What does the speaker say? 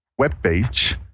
webpage